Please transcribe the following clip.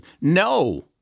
No